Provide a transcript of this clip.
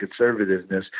conservativeness